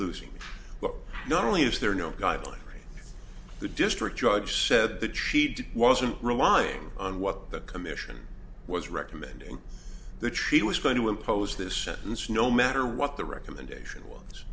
what not only is there no guidelines right the district judge said that she'd wasn't relying on what the commission was recommending that she was going to impose this sentence no matter what the recommendation ones